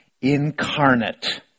Incarnate